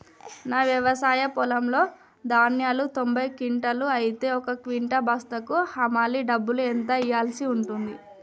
నా వ్యవసాయ పొలంలో ధాన్యాలు తొంభై క్వింటాలు అయితే ఒక క్వింటా బస్తాకు హమాలీ డబ్బులు ఎంత ఇయ్యాల్సి ఉంటది?